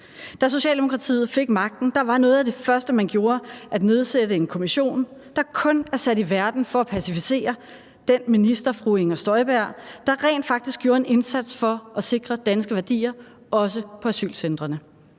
Da Socialdemokratiet fik magten, var noget af det første, man gjorde, at nedsætte en kommission, der kun er sat i verden for at passivisere den minister, fru Inger Støjberg, der rent faktisk gjorde en indsats for at sikre danske værdier, også på asylcentrene.